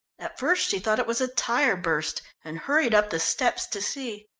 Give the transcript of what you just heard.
at first she thought it was a tyre burst and hurried up the steps to see.